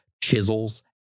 chisels